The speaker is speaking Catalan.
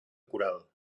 coral